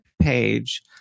page